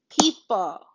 people